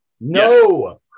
No